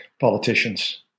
politicians